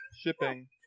Shipping